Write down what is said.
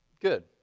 Good